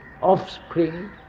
offspring